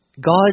God